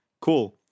Cool